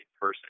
person